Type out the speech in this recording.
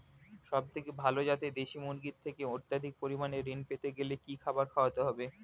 সবথেকে ভালো যাতে দেশি মুরগির থেকে অত্যাধিক পরিমাণে ঋণ পেতে গেলে কি খাবার খাওয়াতে হবে?